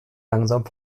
langsam